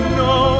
no